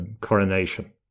coronation